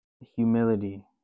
humility